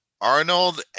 arnold